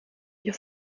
ihr